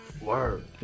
word